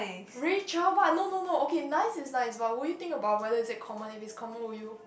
Richard what no no no okay nice is likes while will you think about whether is it common or is common with you